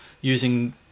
using